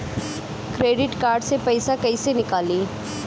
Credit card से पईसा केइसे निकली?